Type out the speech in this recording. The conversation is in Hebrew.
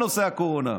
בנושא הקורונה.